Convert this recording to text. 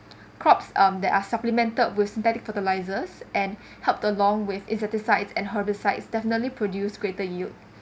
crops um that are supplemented with synthetic fertilisers and helped along with insecticides and herbicides definitely produce greater yield